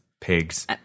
pigs